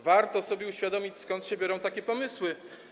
Warto sobie uświadomić, skąd się biorą takie pomysły.